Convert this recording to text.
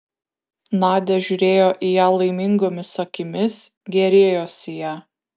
nadia žiūrėjo į ją laimingomis akimis gėrėjosi ja